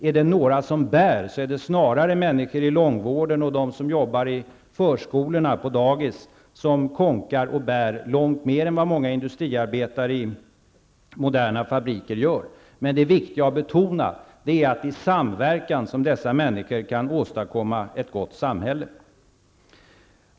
Är det några som bär, är det snarare de som jobbar i långvården, i förskolorna och på dagis. De kånkar och bär långt mer än vad många industriarbetare i moderna fabriker gör. Men det viktiga är att det är i samverkan som dessa människor kan åstadkomma ett gott samhälle.